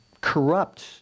corrupt